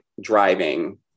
driving